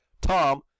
Tom